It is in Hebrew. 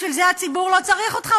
בשביל זה הציבור לא צריך אותך,